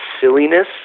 silliness